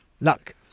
Luck